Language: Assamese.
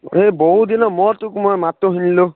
এই বহু দিনৰ মুৰত তোক মই মাতটো শুনিলোঁ